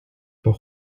but